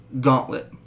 Gauntlet